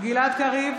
גלעד קריב,